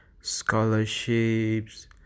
scholarships